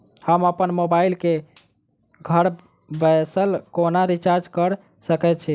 हम अप्पन मोबाइल कऽ घर बैसल कोना रिचार्ज कऽ सकय छी?